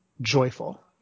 joyful